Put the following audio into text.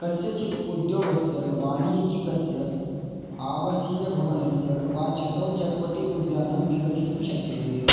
कस्यचित् उद्योगस्य वाणिज्यिकस्य आवसीयभवनस्य वा छतौ चट्पटी उद्यानं विकसितुं शक्यते